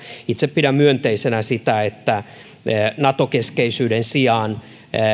itse pidän myönteisenä sitä että nato keskeisyyden sijaan